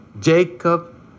jacob